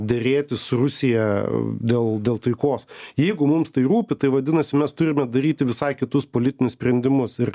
derėtis su rusija dėl dėl taikos jeigu mums tai rūpi tai vadinasi mes turime daryti visai kitus politinius sprendimus ir